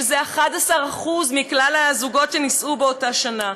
שזה 11% מכלל הזוגות שנישאו באותה שנה.